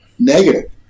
negative